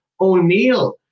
O'Neal